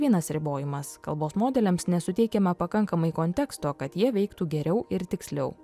vienas ribojimas kalbos modeliams nesuteikiama pakankamai konteksto kad jie veiktų geriau ir tiksliau